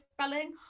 spelling